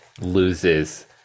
loses